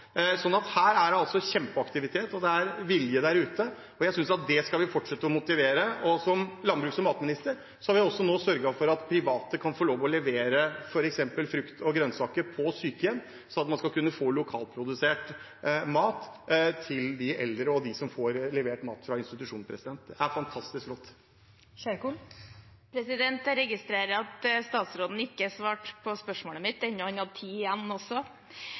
her er det altså kjempeaktivitet. Det er vilje der ute, og det synes jeg at vi skal fortsette å motivere til. Som landbruks- og matminister har jeg også sørget for at private kan få lov til å levere f.eks. frukt og grønnsaker på sykehjem, sånn at man skal kunne få lokalprodusert mat til de eldre og til dem som får levert mat fra institusjon. Det er fantastisk flott. Jeg registrerer at statsråden ikke svarte på spørsmålet mitt enda han hadde tid igjen.